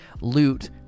loot